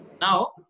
now